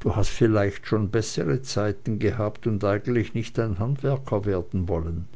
du hast vielleicht schon bessere zeit gehabt und eigentlich nicht ein handwerker werden sollen